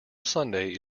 sunday